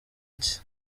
iki